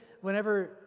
whenever